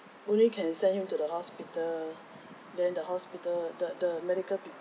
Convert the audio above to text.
only can send him to the hospital then the hospital the the medical people